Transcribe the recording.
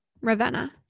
Ravenna